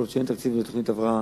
כל עוד אין תקציב לתוכניות הבראה,